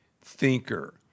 thinker